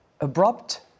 abrupt